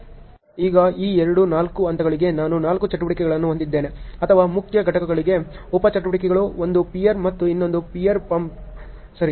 ಈಗ ಈ ಎರಡು ನಾಲ್ಕು ಹಂತಗಳಿಗೆ ನಾನು ನಾಲ್ಕು ಚಟುವಟಿಕೆಗಳನ್ನು ಹೊಂದಿದ್ದೇನೆ ಅಥವಾ ಮುಖ್ಯ ಘಟಕಕ್ಕೆ ಉಪ ಚಟುವಟಿಕೆಗಳು ಒಂದು ಪಿಯರ್ ಮತ್ತು ಇನ್ನೊಂದು ಪಿಯರ್ ಕ್ಯಾಪ್ ಸರಿ